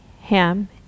Ham